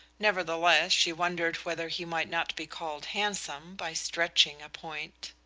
nevertheless, she wondered whether he might not be called handsome by stretching a point.